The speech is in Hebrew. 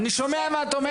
אני שומע מה את אומרת.